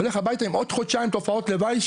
הולך הביתה עם עוד חודשיים תופעות לוואי,